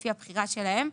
לפי הבחירה שלהם.